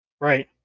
right